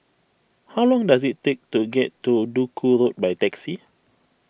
how long does it take to get to Duku Road by taxi